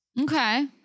Okay